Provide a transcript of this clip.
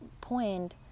point